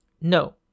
No